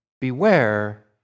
Beware